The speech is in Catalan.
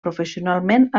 professionalment